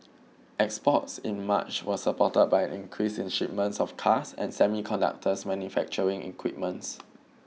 exports in March was supported by an increase in shipments of cars and semiconductor manufacturing equipments